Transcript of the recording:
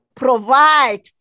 provide